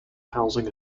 housing